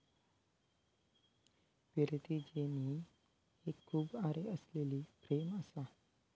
फिरती जेनी एक खूप आरे असलेली फ्रेम असा